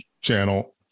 channel